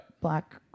black